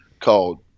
called